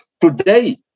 today